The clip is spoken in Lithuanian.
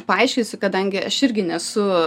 paaiškinsiu kadangi aš irgi nesu